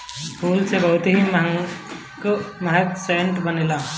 फूल से बहुते महंग महंग सेंट बनेला